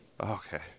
Okay